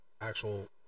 actual